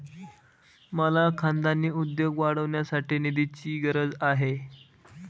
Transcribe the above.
मला खानदानी उद्योग वाढवण्यासाठी निधीची गरज आहे